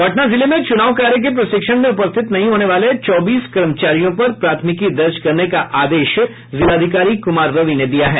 पटना जिले में चूनाव कार्य के प्रशिक्षण में उपस्थित नहीं होने वाले चौबीस कर्मचारियों पर प्राथमिकी दर्ज करने का आदेश जिलाधिकारी कुमार रवि ने दिया है